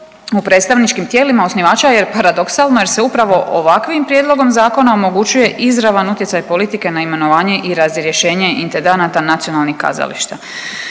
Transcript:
u predstavničkim tijelima osnivača, jer paradoksalno je jer se upravo ovakvim prijedlogom zakona omogućuje izravan utjecaj politike na imenovanje i razrješenje intendanata nacionalnih kazališta.